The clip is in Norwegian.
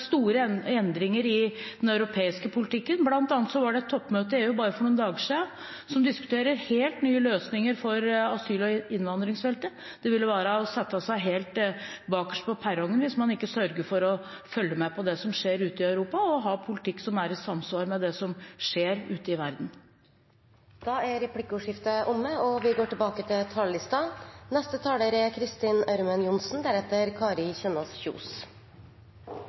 store endringer i den europeiske politikken. Blant annet var det et toppmøte i EU for bare noen dager siden der man diskuterte helt nye løsninger for asyl- og innvandringsfeltet. Det ville være å stille seg helt bakerst på perrongen hvis man ikke sørger for å følge med på det som skjer ute i Europa, og å ha politikk som er i samsvar med det som skjer ute i verden. Replikkordskiftet er omme. Alle som søker beskyttelse, skal behandles med respekt og få tilstrekkelig rettshjelp. Men personer som ikke har beskyttelsesbehov, skal returneres raskt. Innvandringen til